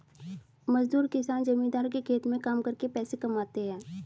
मजदूर किसान जमींदार के खेत में काम करके पैसा कमाते है